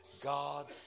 God